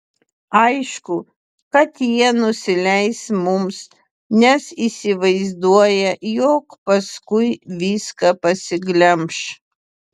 aišku kad jie nusileis mums nes įsivaizduoja jog paskui viską pasiglemš